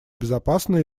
безопасные